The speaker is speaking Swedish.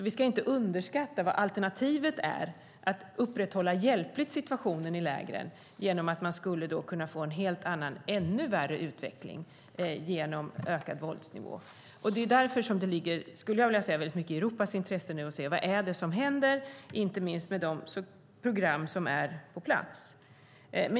Vi ska inte underskatta vad alternativet är, att hjälpligt upprätthålla situationen i lägren, genom att man skulle kunna få en helt annan, ännu värre utveckling, genom ökad våldsnivå. Det är därför som det, skulle jag vilja säga, ligger väldigt mycket i Europas intresse att nu se vad som händer, inte minst med de program som är på plats.